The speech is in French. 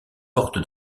portes